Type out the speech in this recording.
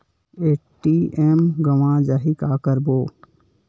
ATM गवां जाहि का करबो?